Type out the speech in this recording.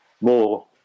more